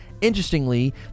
Interestingly